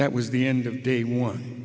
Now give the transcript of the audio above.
that was the end of day one